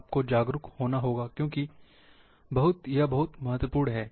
आपको जागरूक होना होगा क्योंकि बहुत महत्वपूर्ण है